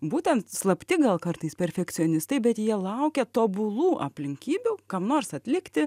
būtent slapti gal kartais perfekcionistai bet jie laukia tobulų aplinkybių kam nors atlikti